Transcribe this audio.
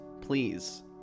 please